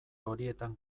horietan